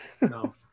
no